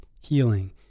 healing